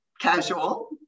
casual